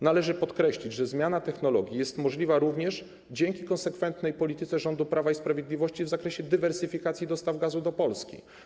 Należy podkreślić, że zmiana technologii jest możliwa również dzięki konsekwentnej polityce rządu Prawa i Sprawiedliwości w zakresie dywersyfikacji dostaw gazu do Polski.